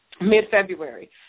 mid-February